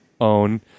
own